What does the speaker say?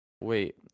Wait